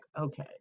okay